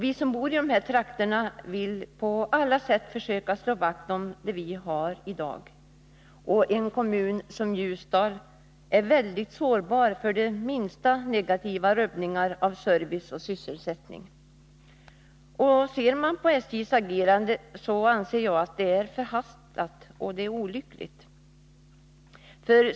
Vi som bor i dessa trakter vill på alla sätt försöka slå vakt om det vi i dag har. En kommun som Ljusdal är mycket sårbar för minsta negativa rubbningar i service och sysselsättning. Jag anser att SJ:s agerande är förhastat och olyckligt.